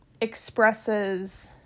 expresses